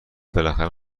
بالاخره